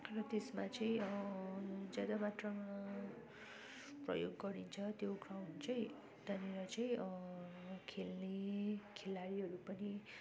र त्यसमा चाहिँ ज्यादा मात्रामा प्रयोग गरिन्छ त्यो ग्राउन्ड चाहिँ त्यहाँनिर चाहिँ खेल्ने खेलाडीहरू पनि